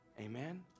Amen